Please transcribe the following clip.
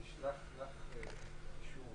אשלח לך קישור.